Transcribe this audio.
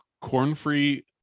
corn-free